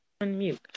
Unmute